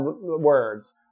words